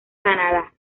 canadá